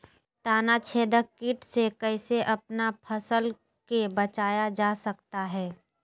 तनाछेदक किट से कैसे अपन फसल के बचाया जा सकता हैं?